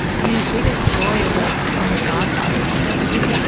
i mean, his biggest joy is like when the godfather is on tv.